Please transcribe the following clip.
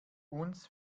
uns